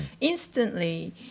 instantly